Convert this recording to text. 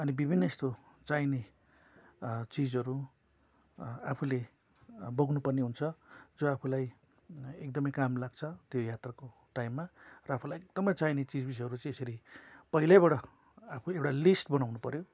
अनि विभिन्न यस्तो चाहिने चिजहरू आफूले बोक्नु पर्ने हुन्छ जो आफूलाई एकदम काम लाग्छ त्यो यात्राको टाइममा र आफूलाई एकदम चाहिने चिजबिजहरू चाहिँ यसरी पहिलेबाट आफू एउटा लिस्ट बनाउनु पऱ्यो